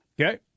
Okay